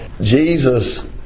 Jesus